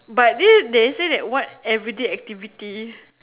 but this they say that what everyday activates